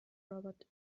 robot